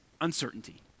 uncertainty